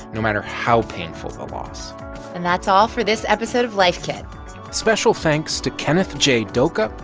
no matter how painful the loss and that's all for this episode of life kit special thanks to kenneth j. doka,